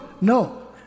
No